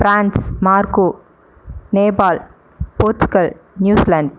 France Morocco Nepal Portugal New Zealand